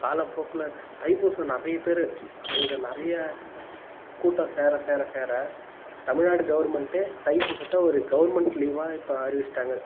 காலப்போக்கில் தைப்பூசம் நிறைய பேர் அது நிறைய கூட்டம் சேர சேர சேர தமிழ்நாடு கவர்மெண்ட்டே தைபூசத்தை ஒரு கவர்மெண்ட் லீவாக இப்போ அறிவிச்சுட்டாங்க